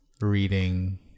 reading